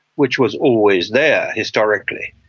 which was always there historically,